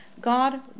God